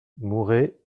mouret